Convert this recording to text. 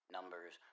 Numbers